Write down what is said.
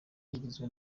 rigizwe